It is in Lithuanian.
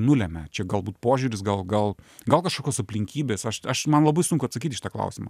nulemia čia galbūt požiūris gal gal gal kažkokios aplinkybės aš aš man labai sunku atsakyt į šitą klausimą